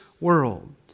world